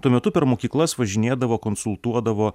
tuo metu per mokyklas važinėdavo konsultuodavo